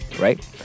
right